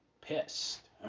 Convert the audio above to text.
pissed